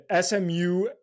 SMU